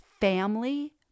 family